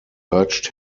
urged